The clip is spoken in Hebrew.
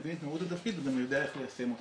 מבין את משמעות התפקיד וגם יודע איך ליישם אותו.